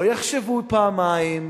לא יחשבו פעמיים,